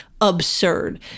absurd